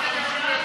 חברים, מי בעד?